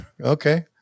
Okay